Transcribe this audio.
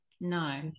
No